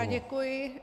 Děkuji.